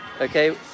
okay